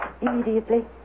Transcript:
immediately